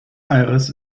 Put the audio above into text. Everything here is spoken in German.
aires